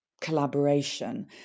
collaboration